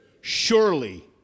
Surely